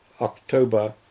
October